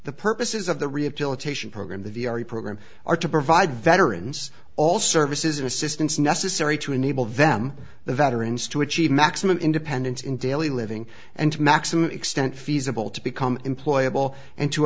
the purposes of the rehabilitation program the v r e program are to provide veterans all services and assistance necessary to enable them the veterans to achieve maximum independence in daily living and to maximum extent feasible to become employer ball and to